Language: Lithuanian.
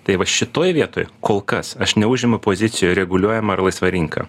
tai va šitoj vietoj kol kas aš neužimu pozicijų reguliuojama ar laisva rinka